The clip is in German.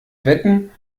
wetten